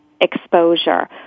exposure